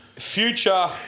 Future